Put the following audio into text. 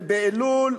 ובאלול,